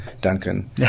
Duncan